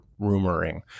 rumoring